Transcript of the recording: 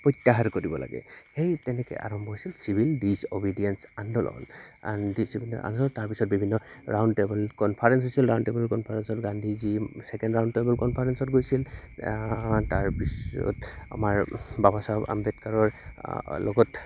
প্ৰত্যাহাৰ কৰিব লাগে সেই তেনেকৈ আৰম্ভ হৈছিল চিভিল ডিছঅবিডিয়েঞ্চ আন্দোলন ডিছঅবিডিয়ঞ্চ আন্দোলন তাৰপিছত বিভিন্ন ৰাউণ্ড টেবল কনফাৰেঞ্চ হৈছিল ৰাউণ্ড টেবল কনফাৰেঞ্চত গান্ধীজী ছেকেণ্ড ৰাউণ্ড টেবল কনফাৰেঞ্চত গৈছিল তাৰপিছত আমাৰ বাবাচাব আম্বেদকাৰৰ লগত